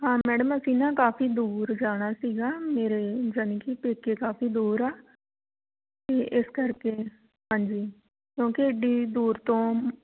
ਹਾਂ ਮੈਡਮ ਅਸੀਂ ਨਾ ਕਾਫੀ ਦੂਰ ਜਾਣਾ ਸੀਗਾ ਮੇਰੇ ਯਾਨੀ ਕਿ ਪੇਕੇ ਕਾਫੀ ਦੂਰ ਆ ਇਸ ਕਰਕੇ ਹਾਂਜੀ ਕਿਉਂਕਿ ਐਡੀ ਦੂਰ ਤੋਂ